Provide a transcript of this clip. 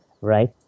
Right